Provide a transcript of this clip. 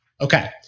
Okay